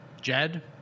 Jed